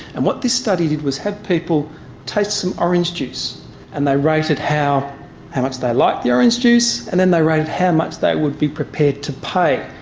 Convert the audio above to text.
and what this study did was have some people taste some orange juice and they rated how how much they liked the orange juice and then they rated how much they would be prepared to pay.